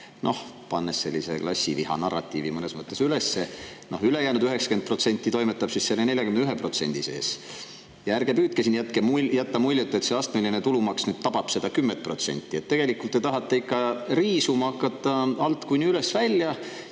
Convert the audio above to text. sellise klassivihanarratiivi mõnes mõttes üles. Ülejäänud 90% toimetab siis selle 41% sees. Ärge püüdke siin jätta muljet, et see astmeline tulumaks tabab seda 10%, tegelikult te tahate ikka hakata riisuma alt kuni üles välja,